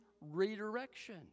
redirection